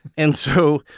and so,